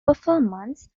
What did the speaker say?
performance